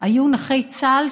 היו נכי צה"ל,